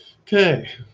Okay